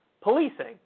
policing